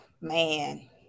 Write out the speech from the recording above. man